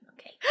Okay